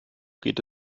geht